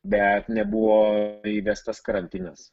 bet nebuvo įvestas karantinas